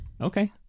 Okay